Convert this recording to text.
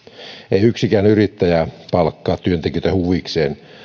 ei yksikään yrittäjä palkkaa työntekijöitä huvikseen